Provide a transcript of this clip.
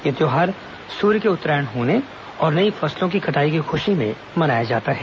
यह त्यौहार सूर्य के उत्तरायण होने और नई फसलो की कटाई की खुशी में मनाया जाता है